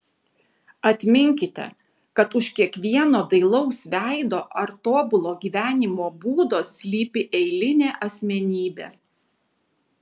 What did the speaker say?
atminkite kad už kiekvieno dailaus veido ar tobulo gyvenimo būdo slypi eilinė asmenybė